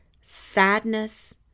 sadness